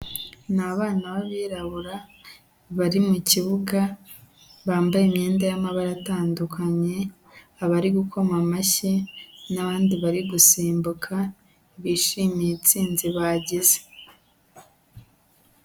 Ni abana b'abirabura, bari mu kibuga, bambaye imyenda y'amabara atandukanye, abari gukoma amashyi n'abandi bari gusimbuka bishimiye intsinzi bagize.